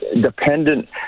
dependent